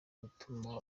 bituma